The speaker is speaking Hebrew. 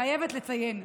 אני חייבת לציין.